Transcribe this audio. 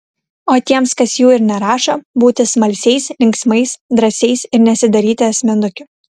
o tiems kas jų ir nerašo būti smalsiais linksmais drąsiais ir nesidaryti asmenukių